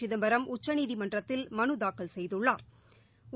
சிதம்பரம் உச்சநீதிமன்றத்தில் மனு தாக்கல் செய்துள்ளாா்